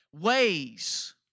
ways